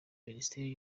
minisiteri